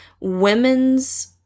women's